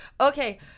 Okay